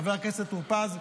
חבר הכנסת טור פז,